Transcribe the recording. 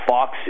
Fox